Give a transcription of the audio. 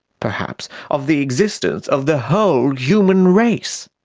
perhaps, of the existence of the whole human race.